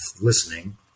listening